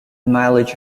mileage